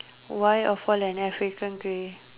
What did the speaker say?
why of all an African grey